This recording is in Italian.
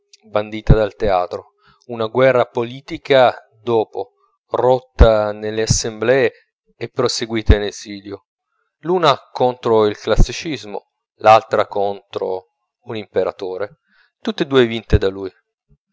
bandita dal teatro una guerra politica dopo rotta nelle assemblee e proseguita in esilio l'una contro il classicismo l'altra contro un'imperatore tutt'e due vinte da lui